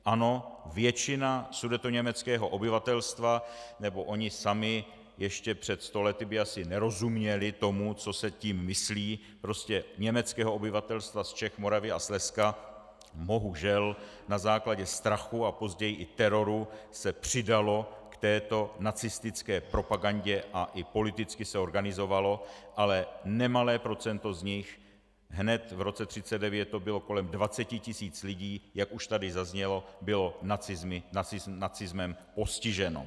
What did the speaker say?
Ano, většina sudetoněmeckého obyvatelstva, nebo oni sami ještě před sto lety by asi nerozuměli tomu, co se tím myslí, prostě německého obyvatelstva z Čech, Moravy a Slezska, bohužel na základě strachu a později i teroru se přidala k této nacistické propagandě a i politicky se organizovala, ale nemalé procento z nich, hned v roce 1939 to bylo kolem 20 tisíc lidí, jak už tady zaznělo, bylo nacismem postiženo.